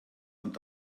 und